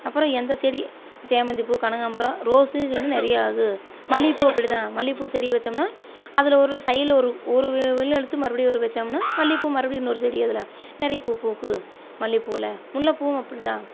அப்புறம் எந்த செடி சாமந்தி பூ கனகாம்பரம் ரோஸு செடி நிறையாகும் மல்லிகைப்பூ அப்படி தான் மல்லிகைப்பூ செடி வைச்சோம்னா அதில் உள்ள சைடில் ஒரு ஒரு வெள்ளெடுத்து மறுபடி ஒரு வைச்சோம்னா மல்லிகைப்பூ மறுபடி இன்னொரு செடி எதில் நிறைய பூ பூக்கும் மல்லிகைப் பூவில் முல்லை பூவும் அப்படி தான்